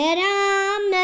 ram